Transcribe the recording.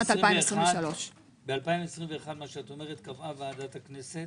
2023. ב- 2021 מה שאת אומרת, קבעה ועדת הכנסת